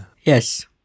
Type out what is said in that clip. Yes